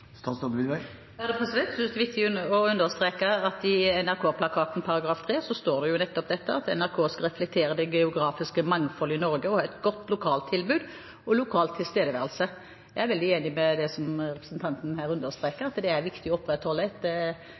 Jeg synes det er viktig å understreke at i NRK-plakatens punkt 3 står det nettopp at «NRK skal reflektere det geografiske mangfoldet i Norge og ha et godt lokalt tilbud og lokal tilstedeværelse». Jeg er veldig enig i det som representanten her understreker, at det er viktig å opprettholde et